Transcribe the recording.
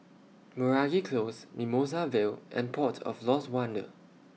Meragi Close Mimosa Vale and Port of Lost Wonder